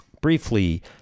briefly